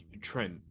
Trent